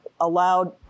allowed